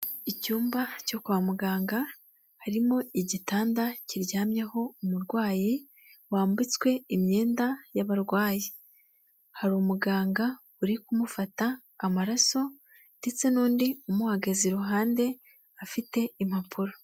Icyumba cyo kwa muganga harimo igitanda kiryamyeho umurwayi wambitswe imyenda y'ababarwayi, hari umuganga uri kumufata amaraso, ndetse n'undi umuhagaze iruhande afite impapuro.